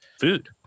food